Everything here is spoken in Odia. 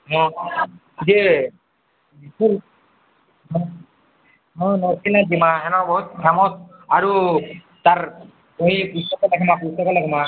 ହଁ ଯେ ହଁ ନରସିଂହ ନାଥ ଯିମା ହେନ ବହୁତ ଫେମସ୍ ଆରୁ ତା'ର ବହି ପୁସ୍ତକ ଲେଖ୍ମା ପୁସ୍ତକ ଲେଖ୍ମା